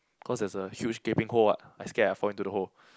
cause there's a huge gaping hole what I scared I fall into the hole